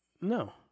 no